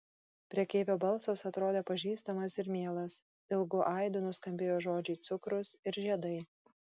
prekeivio balsas atrodė pažįstamas ir mielas ilgu aidu nuskambėjo žodžiai cukrus ir žiedai